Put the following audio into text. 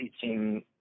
teaching